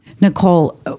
Nicole